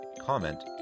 comment